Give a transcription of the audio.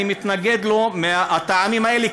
אני מתנגד לו מהטעמים האלה,